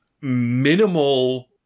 minimal